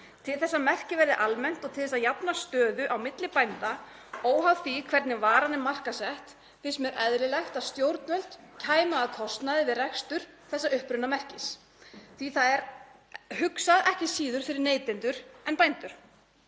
Til þess að merkið verði almennt og til þess að jafna stöðu á milli bænda, óháð því hvernig varan er markaðssett, finnst mér eðlilegt að stjórnvöld kæmu að kostnaði við rekstur þessa upprunamerkis því að það er ekki síður hugsað fyrir neytendur en bændur.